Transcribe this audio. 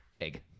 Egg